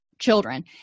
children